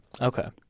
Okay